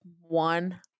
one